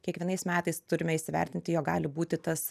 kiekvienais metais turime įsivertinti jog gali būti tas